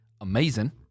Amazing